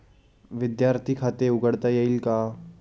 विद्यार्थी खाते उघडता येईल का?